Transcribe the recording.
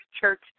church